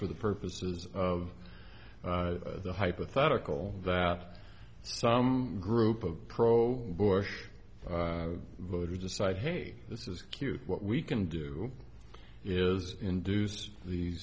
for the purposes of the hypothetical that some group of pro bush voters decide hey this is cute what we can do is induce the